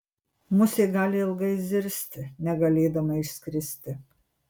musė gali ilgai zirzti negalėdama išskristi